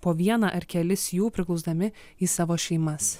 po vieną ar kelis jų priglausdami į savo šeimas